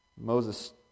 Moses